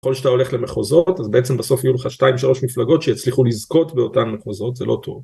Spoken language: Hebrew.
כל שאתה הולך למחוזות, אז בעצם בסוף יהיו לך 2-3 מפלגות שיצליחו לזכות באותם מחוזות, זה לא טוב.